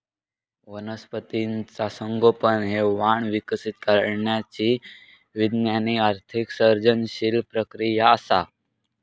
वनस्पतीचा संगोपन हे वाण विकसित करण्यची विज्ञान आधारित सर्जनशील प्रक्रिया असा